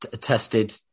tested